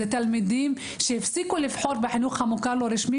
אלא תלמידים שהפסיקו לבחור בחינוך המוכר הלא רשמי